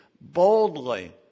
boldly